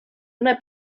una